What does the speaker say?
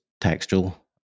textual